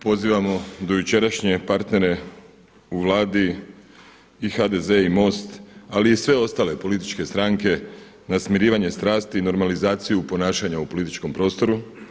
Pozivamo dojučerašnje partnere u Vladi i HDZ i MOST ali i sve ostale političke stranke na smirivanje strasti i normalizaciju ponašanja u političkom prostoru.